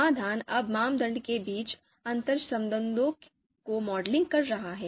समाधान अब मानदंड के बीच अंतर्संबंधों को मॉडलिंग कर रहा है